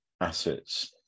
assets